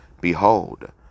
behold